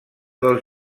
dels